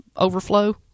overflow